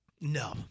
No